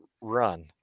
run